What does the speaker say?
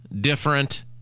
different